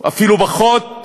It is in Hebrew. אפילו פחות,